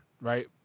right